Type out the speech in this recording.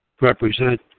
represent